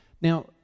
Now